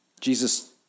Jesus